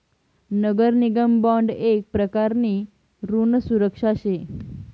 नगर निगम बॉन्ड येक प्रकारनी ऋण सुरक्षा शे